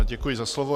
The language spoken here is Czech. Děkuji za slovo.